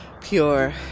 pure